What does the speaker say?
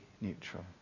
neutral